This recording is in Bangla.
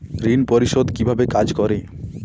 ঋণ পরিশোধ কিভাবে কাজ করে?